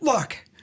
Look